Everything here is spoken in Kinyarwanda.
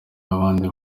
abandi